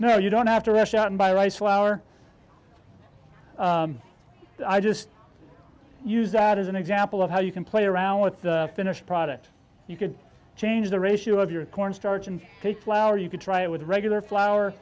no you don't have to rush out and buy rice flour i just use that as an example of how you can play around with the finished product you could change the ratio of your corn starch and flour you could try it with regular flo